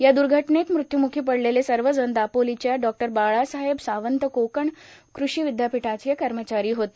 या दुर्घटनेत मृत्युमुखी पडलेले सर्वजण दापोलीच्या डॉक्टर बाळासाहेब सावंत कोकण कृषी विद्यापीठाचे कर्मचारी होते